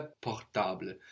portable